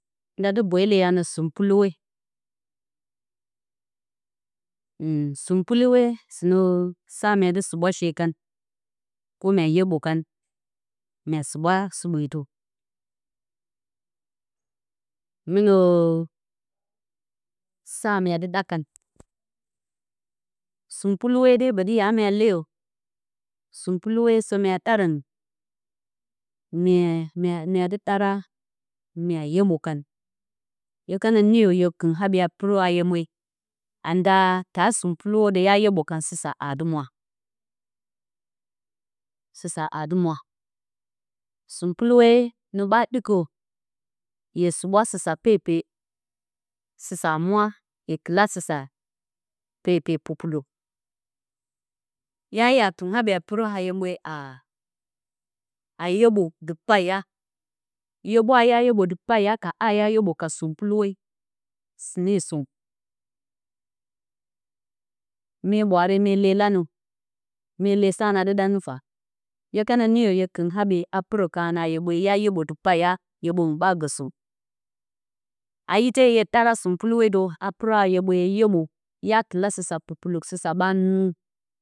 Na dɨ bweele a nǝ sunpuluwe. sunpuluwe sɨnǝ sa mya dɨ suɓwa she kan, kume mya yeɓo kan. mya suɓwa suɓeetǝ. Mɨnǝ sa mya dɨ ɗa kan. Sunpuluwe de ɓǝtɨya mya leyo, sunpuluwe sɨ mya ɗarǝn, mya, mya dɨ ɗara, mya yeɓo kan. hye kana niyo hye kɨn haɓye a pɨrǝ haa-yeɓwe, anda taa sunpuluwo dǝ ya yeɓwo kan, sɨsa aa dɨ mwa. sɨsa aa dɨ mwa. Sunpuluwe nǝ ɓa ɗɨkǝ, hye suɓwa sɨsa pepe, sɨsa a mwa, hye kɨla sɨsa pepe, pupuluk. hya kɨn haɓye a pɨrǝ haa-yeɓwe, a yeɓwo dɨ paiya. Yeɓwa hya yeɓwo dɨ paiya ka yeɓwa hya yeɓwo ka sunpuluwe. sɨne som. mye ɓwaare mye lee lanǝ. mye lee sa na dɨ ɗa hye kana niyo hye kɨn haɓye a pɨrǝ karǝn a haa-yeɓwe, hya yeɓwo dɨ paiya, yeɓwongɨn ɓa gǝ som. A ite hye ɗara sunpuluwe dǝw a pɨrǝ haa-yeɓwe a yeɓwo, kɨla sɨsa pupuluk. haa ɓa nɨngu.